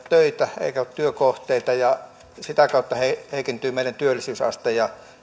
töitä eikä ole työkohteita ja sitä kautta heikentyy meidän työllisyysaste ja